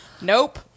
Nope